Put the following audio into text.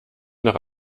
noch